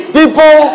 people